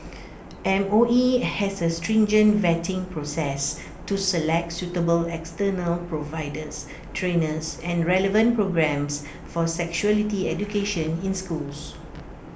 M O E has A stringent vetting process to select suitable external providers trainers and relevant programmes for sexuality education in schools